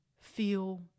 feel